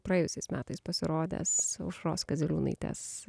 praėjusiais metais pasirodęs aušros kaziliūnaitės